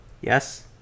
yes